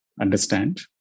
understand